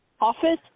office